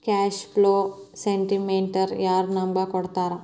Cash flow ಸ್ಟೆಟಮೆನ್ಟನ ಯಾರ್ ನಮಗ್ ಕೊಡ್ತಾರ?